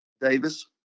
Davis